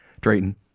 Drayton